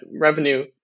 revenue